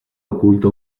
oculta